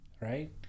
right